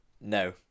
No